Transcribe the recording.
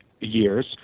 years